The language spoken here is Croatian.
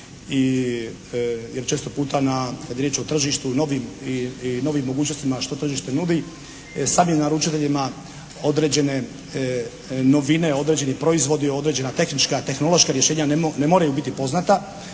jer često puta na kad je riječ o tržištu novim, i novim mogućnostima što tržište nudi, sad je naručiteljima određene novine, određeni proizvodi, određena tehnička, tehnološka načela ne moraju biti poznata